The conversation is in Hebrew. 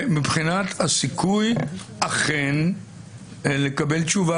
מבחינת הסיכוי אכן לקבל תשובה